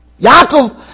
Yaakov